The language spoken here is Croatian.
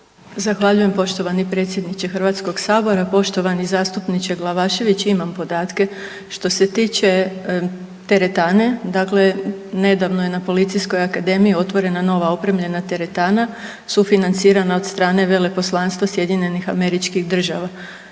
Zahvaljujem poštovani predsjedniče HS-a, poštovani zastupniče Glavašević. Imam podatke, što se tiče teretane, dakle nedavno je na Policijskoj akademiji otvorena nova opremljena teretana, sufinancirana od strane Veleposlanstva SAD-a. Što se tiče